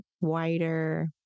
wider